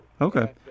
Okay